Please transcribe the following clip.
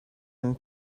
him